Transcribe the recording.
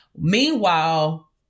meanwhile